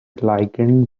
ligand